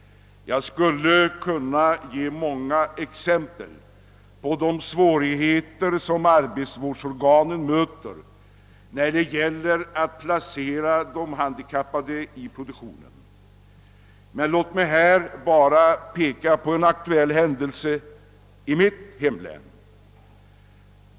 Jag skulle kunna ge många exempel på de svårigheter som arbetsvårdsorganen möter när det gäller att placera de handikappade i produktionen. Men låt mig här bara peka på en aktuell händelse i mitt hemlän.